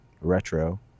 retro